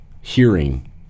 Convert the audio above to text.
hearing